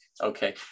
okay